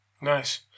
Nice